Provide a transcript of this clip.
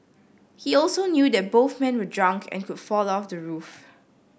he also knew that both men were drunk and could fall off the roof